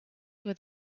where